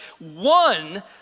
One